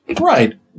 right